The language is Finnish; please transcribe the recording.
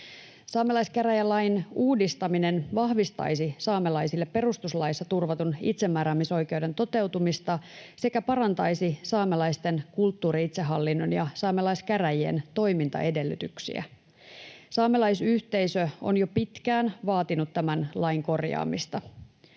Saamelaiskäräjälain uudistaminen vahvistaisi saamelaisille perustuslaissa turvatun itsemääräämisoikeuden toteutumista sekä parantaisi saamelaisten kulttuuri-itsehallinnon ja saamelaiskäräjien toimintaedellytyksiä. Saamelaisyhteisö on jo pitkään vaatinut tämän lain korjaamista.